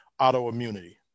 autoimmunity